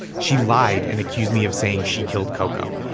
she lied and accused me of saying she killed coco.